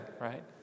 right